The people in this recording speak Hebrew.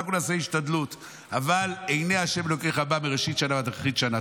אנחנו נעשה השתדלות אבל "עיני ה' אלקיך בה מרֵשית שנה עד אחרית שנה".